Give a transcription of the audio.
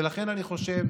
ולכן אני חושב